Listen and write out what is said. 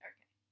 Okay